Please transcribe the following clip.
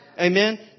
Amen